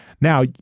Now